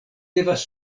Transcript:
devas